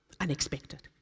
Unexpected